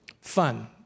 Fun